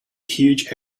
huge